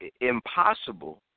impossible